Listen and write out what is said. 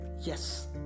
Yes